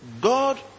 God